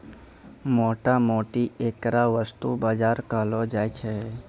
मोटा मोटी ऐकरा वस्तु बाजार कहलो जाय छै